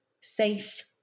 safe